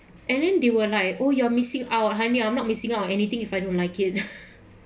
and then they were like oh you're missing out honey I'm not missing out on anything if I don't like it